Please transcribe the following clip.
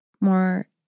more